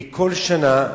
כי כל שנה,